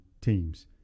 teams